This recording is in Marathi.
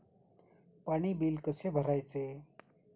पाणी बिल कसे भरायचे?